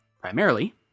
Primarily